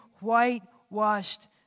whitewashed